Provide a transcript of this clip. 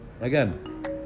again